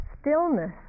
stillness